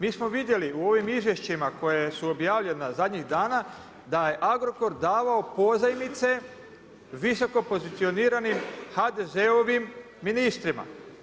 Mi smo vidjeli u ovim izvješćima koje su objavljena zadnjih dana da je Agrokor davao pozajmice visoko pozicioniranim HDZ-ovim ministrima.